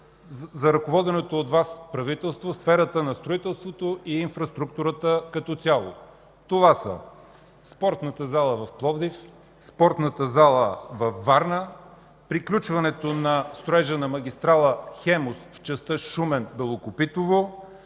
за ръководеното от Вас правителство в сферата на строителството и инфраструктурата като цяло. Това са Спортната зала в Пловдив, Спортната зала във Варна, приключването на строежа на магистрала „Хемус” в частта Шумен – Белокопитово,